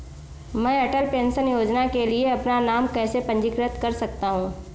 मैं अटल पेंशन योजना के लिए अपना नाम कैसे पंजीकृत कर सकता हूं?